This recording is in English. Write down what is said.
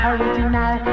Original